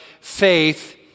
faith